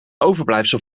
overblijfsel